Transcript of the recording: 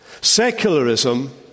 secularism